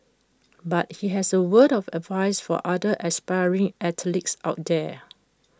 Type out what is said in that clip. but he has A word of advice for other aspiring athletes out there